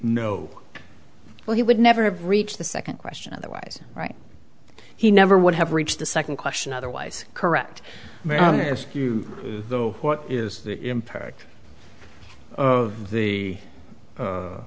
no well he would never have reached the second question otherwise right he never would have reached the second question otherwise correct me on ask you though what is the impact of the